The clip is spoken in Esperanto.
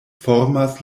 formas